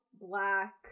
black